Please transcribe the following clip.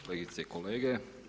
kolegice i kolege.